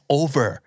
over